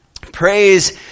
Praise